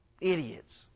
idiots